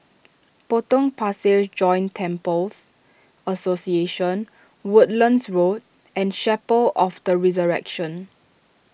Potong Pasir Joint Temples Association Woodlands Road and Chapel of the Resurrection